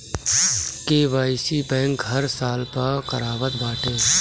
KYC bank हर साल पअ करावत बाटे